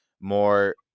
more